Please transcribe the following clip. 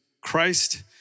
Christ